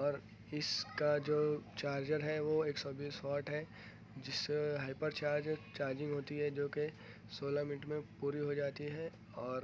اور اس کا جو چارجر ہے وہ ایک سو بیس واٹ ہے جس سے ہائپر چارج چارجنگ ہوتی ہے جو کہ سولہ منٹ میں پوری ہو جاتی ہے اور